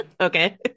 okay